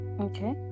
okay